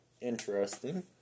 interesting